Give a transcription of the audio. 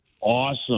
awesome